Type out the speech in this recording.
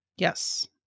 Yes